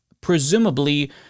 presumably